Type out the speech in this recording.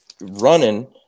running